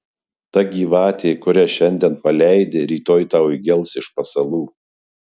ta gyvatė kurią šiandien paleidi rytoj tau įgels iš pasalų